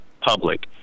public